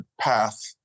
path